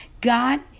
God